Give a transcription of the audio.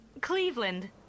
Cleveland